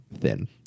thin